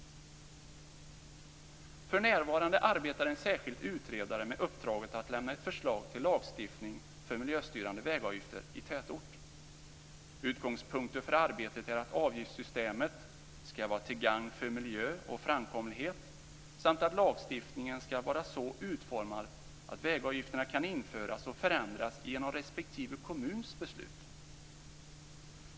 För närvarande arbetar en särskild utredare med uppdraget att lämna ett förslag till lagstiftning för miljöstyrande vägavgifter i tätort. Utgångspunkter för arbetet är att avgiftssystemet skall vara till gagn för miljö och framkomlighet samt att lagstiftningen skall vara så utformad att vägavgifterna kan införas och förändras genom respektive kommuns beslut.